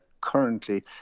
currently